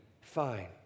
fine